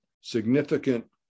significant